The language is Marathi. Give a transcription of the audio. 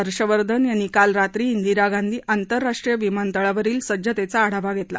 हर्षवर्धन यांनी काल रात्री दिरा गांधी आंतरराष्ट्रीय विमानतळावरील सज्जतेचा आढावा घेतला